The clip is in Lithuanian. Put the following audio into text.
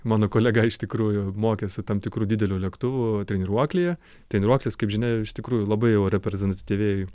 mano kolega iš tikrųjų mokėsi tam tikru dideliu lėktuvu treniruoklyje treniruoklis kaip žinia iš tikrųjų labai jau reprezentatyviai